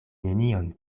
nenion